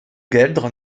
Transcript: gueldre